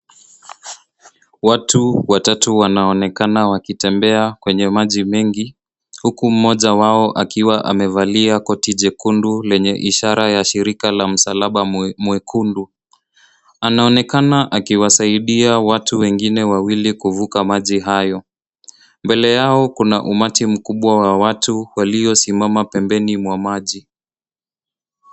Watu watatu wanaonekana wakitembea kwenye maji mengi. Huku mmoja wao akiwa amevalia koti jekundu lenye ishara ya shirika la msalaba mwekundu. Anaonekana akiwasaidia watu wengine wawili kuvuka maji hayo. Mbele yao kuna umati mkubwa wa watu waliosimama pembeni mwa maji.